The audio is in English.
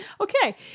okay